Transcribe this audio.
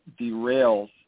derails